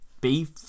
beef